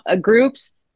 groups